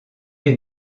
est